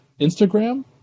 Instagram